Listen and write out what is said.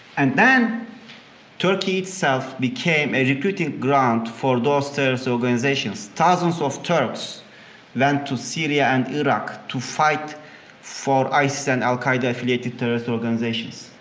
and then turkey itself became a recruiting ground for those terrorist organizations. thousands of turks went to syria and iraq to fight for isis and al qaeda-affiliated terrorist organizations.